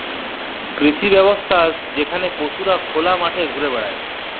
কৃষি ব্যবস্থা যেখালে পশুরা খলা মাঠে ঘুরে বেড়ায়